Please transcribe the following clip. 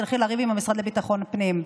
תלכי לריב עם המשרד לביטחון פנים.